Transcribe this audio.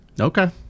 Okay